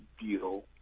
deal